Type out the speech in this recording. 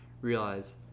realize